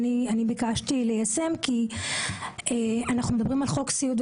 ביקשתי ליישם אנחנו מדברים על חוק סיעוד,